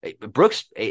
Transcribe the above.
Brooks